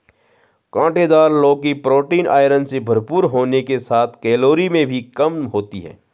काँटेदार लौकी protein, iron से भरपूर होने के साथ कैलोरी में भी कम होती है